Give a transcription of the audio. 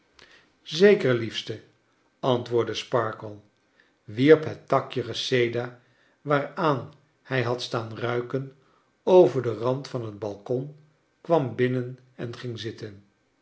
zeker liefste antwoordde sparkler wierp het takje reseda waaraan hij had staan ruiken over den rand van het balcon kwam binnen en ging zitten